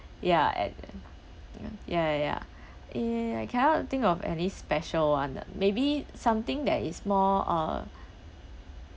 ya at ya ya ya ya eh eh I cannot think of any special one maybe something that is more uh